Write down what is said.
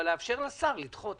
אבל לאפשר לשר לדחות